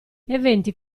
eventi